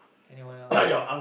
anyone else